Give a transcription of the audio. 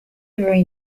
very